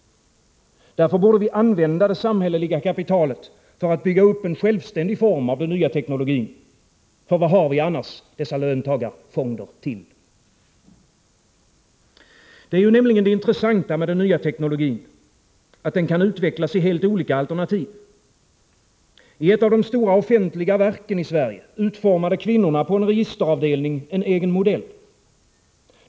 Därför borde vi använda det samhälleliga kapitalet för att bygga upp en självständig form av den nya teknologin, för vad har vi annars dessa löntagarfonder till? Det är nämligen det intressanta med den nya teknologin, att den kan utvecklas i helt olika alternativ. I ett av de stora och offentliga verken i Sverige utformade kvinnorna på en registeravdelning en egen modell.